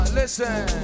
listen